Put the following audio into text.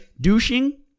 Douching